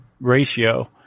ratio